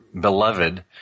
beloved